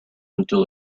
until